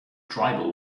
tribal